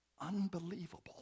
Unbelievable